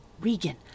Regan